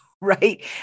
right